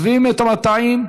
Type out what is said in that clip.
עוזבים את המטעים,